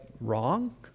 wrong